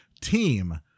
Team